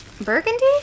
burgundy